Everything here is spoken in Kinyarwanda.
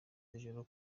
z’ijoro